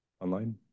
online